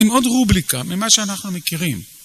עם עוד רובליקה ממה שאנחנו מכירים.